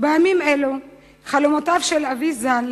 בימים אלה חלומותיו של אבי ז"ל